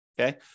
Okay